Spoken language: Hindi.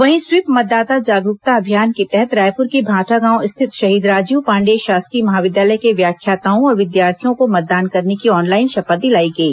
वहीं स्वीप मतदाता जागरूकता अभियान के तहत रायपुर के भाटागांव स्थित शहीद राजीव पांडेय शासकीय महाविद्यालय के व्याख्याताओं और विद्यार्थियों को मतदान करने की ऑनलाइन शपथ दिलाई गई